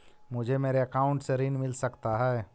मुझे मेरे अकाउंट से ऋण मिल सकता है?